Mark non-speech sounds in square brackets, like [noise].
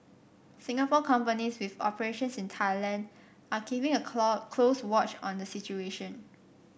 Singapore companies with operations in Thailand are keeping a [unintelligible] close watch on the situation